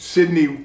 Sydney